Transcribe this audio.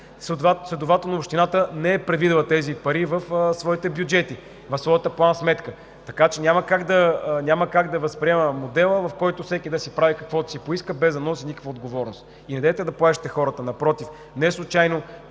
следователно общината не е предвидила тези пари в своите бюджети в своята план-сметка. Така че няма как да възприемем модела, в който всеки да си прави каквото си поиска, без да носи никаква отговорност. Недейте да плашите хората! Напротив, неслучайно